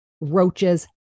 roaches